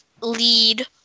lead